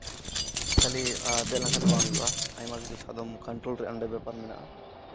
ᱠᱷᱟᱹᱞᱤ ᱫᱮᱡ ᱞᱮᱱᱠᱷᱟᱱ ᱫᱚ ᱵᱟᱝ ᱦᱩᱭᱩᱜᱼᱟ ᱟᱭᱢᱟ ᱠᱤᱪᱷᱩ ᱥᱟᱫᱚᱢ ᱠᱚᱱᱴᱨᱳᱞ ᱨᱮᱭᱟᱜ ᱚᱸᱰᱮ ᱵᱮᱯᱟᱨ ᱢᱮᱱᱟᱜᱼᱟ